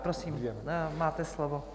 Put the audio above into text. Prosím, máte slovo.